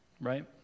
right